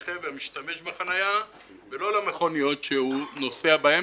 לנכה המשתמש בחניה ולא למכוניות שהוא נוסע בהן.